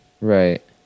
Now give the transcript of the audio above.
Right